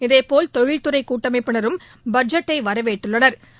இதேபோல் தொழில்துறை கூட்டமைப்பினரும் பட்ஜெட்டை வரவேற்றுளளனா்